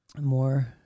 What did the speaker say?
more